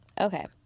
Okay